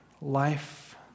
life